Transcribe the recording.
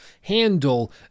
handle